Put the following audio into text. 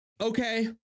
Okay